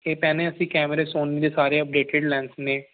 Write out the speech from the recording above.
ਇਹ ਭੈਣੇ ਅਸੀਂ ਕੈਮਰੇ ਸੋਨੀ ਦੇ ਸਾਰੇ ਅਪਡੇਟਿਡ ਲੈਂਸ ਨੇ